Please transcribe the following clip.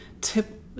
tip